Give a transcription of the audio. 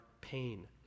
pain